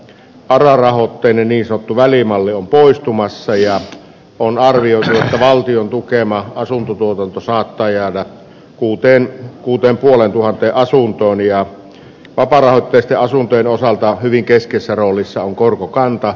aravarahoitteinen iso välimalli on toistumassajia on arvio sillä valtion tukema asuntotuotanto saattaa jäädä kuuteen uuteen puoleen tuhanteen asuntoon ja vapaarahoitteisten asuntojen osalta hyvin keskeisessä roolissa on korkokanta